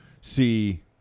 see